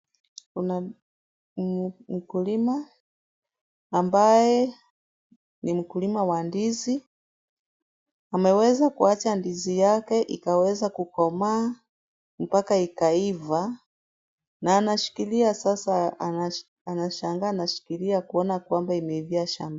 Kuna mkulima, ambaye ni mkulima wa ndizi. Ameweza kuacha ndizi yake ikaweza kukomaa, mpaka ikaiva, na anashikilia sasa, anashangaa anashikilia kuona kwamba imeivia shambani.